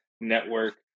Network